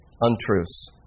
untruths